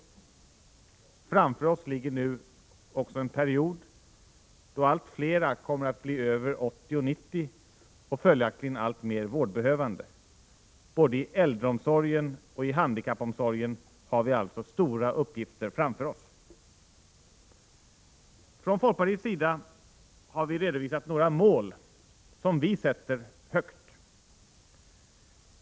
Framför oss ligger nu också en period, då allt fler kommer att bli över 80 och 90 år och följaktligen alltmer vårdbehövande. Både i äldreomsorgen och i handikappomsorgen har vi alltså stora uppgifter framför oss. Från folkpartiets sida har vi redovisat några mål som vi sätter högt.